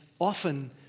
often